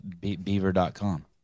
beaver.com